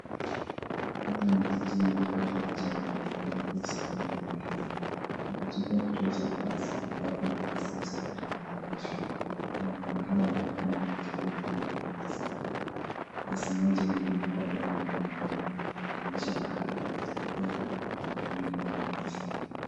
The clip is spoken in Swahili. Hapa ni jijini wakati wa mchana ambapo usafiri unaendelea. Katika kituo cha mabasi ambapo mabasi ya usafiri yameegeshwa na abiria wanaonekana wakitembea kando ya mabasi haya. Basi moja limewekwa bango mlangoni ya kuonyesha mahali inaelekea na nauli inayolipishwa.